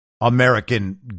American